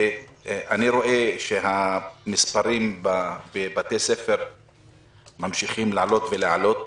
אני רואה שהמספרים בבתי הספר ממשיכים לעלות ולעלות.